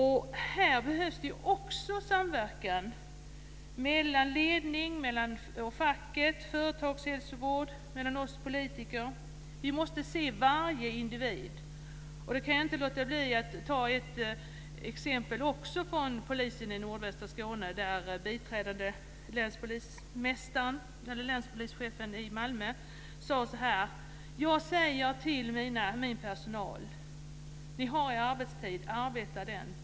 Här behövs också samverkan mellan ledning, fack, företagshälsovård och oss politiker. Vi måste se varje individ. Jag kan inte låta bli att ta ett annat exempel från polisen i nordvästra Skåne, där biträdande länspolischefen i Malmö sade så här: "Jag säger till min personal: Ni har er arbetstid. Arbeta den.